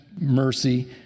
mercy